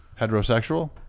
Heterosexual